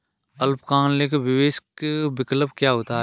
अल्पकालिक निवेश विकल्प क्या होता है?